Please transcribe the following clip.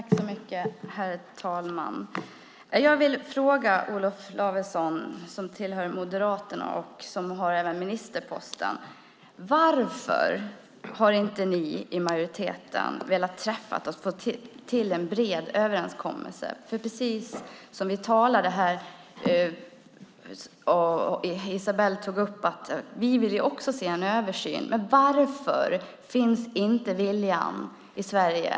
Herr talman! Jag vill fråga Olof Lavesson, som tillhör Moderaterna, som även innehar ministerposten: Varför har inte ni i majoriteten velat träffa oss för att få till stånd en bred överenskommelse? Precis som vi sade och som Esabelle tog upp vill vi också se en översyn. Varför finns inte den här viljan i Sverige?